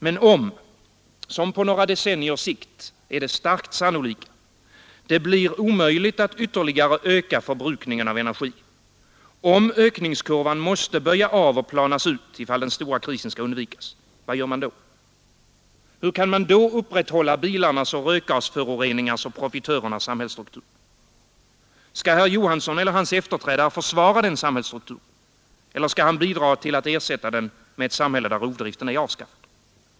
Men om — som på några decenniers sikt är det mycket sannolika — det blir omöjligt att ytterligare öka förbrukningen av energi, om ökningskurvan måste böja av och planas ut ifall den stora krisen skall undvikas — vad gör man då? Hur kan man då upprätthålla bilarnas och rökgasföroreningarnas och profitörernas sambhällsstruktur? Skall herr Johansson eller hans efterträdare försvara den samhällsstrukturen eller bidra till att ersätta den med ett samhälle, där rovdriften är avskaffad?